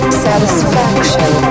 satisfaction